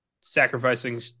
Sacrificing